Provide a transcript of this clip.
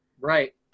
Right